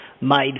made